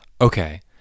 Okay